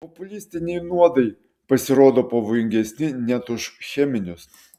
populistiniai nuodai pasirodo pavojingesni net ir už cheminius